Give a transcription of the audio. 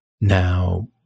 Now